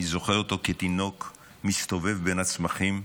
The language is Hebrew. אני זוכר אותו כתינוק מסתובב בין הצמחים,